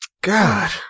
God